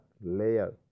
layer